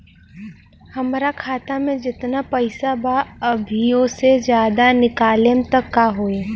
हमरा खाता मे जेतना पईसा बा अभीओसे ज्यादा निकालेम त का होई?